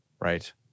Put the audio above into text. Right